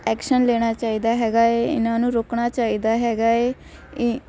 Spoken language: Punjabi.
ਐਕਸ਼ਨ ਲੈਣਾ ਚਾਹੀਦਾ ਹੈਗਾ ਏ ਇਹਨਾਂ ਨੂੰ ਰੋਕਣਾ ਚਾਹੀਦਾ ਹੈਗਾ ਏ